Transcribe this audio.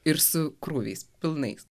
ir su krūviais pilnais